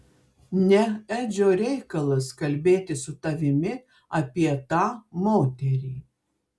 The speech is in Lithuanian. ne edžio reikalas kalbėti su tavimi apie tą moterį